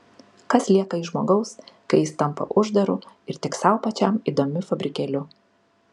kas lieka iš žmogaus kai jis tampa uždaru ir tik sau pačiam įdomiu fabrikėliu